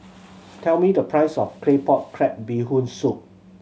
tell me the price of Claypot Crab Bee Hoon Soup